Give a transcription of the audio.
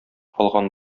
алган